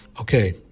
Okay